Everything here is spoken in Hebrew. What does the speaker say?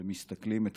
ומסתכלים על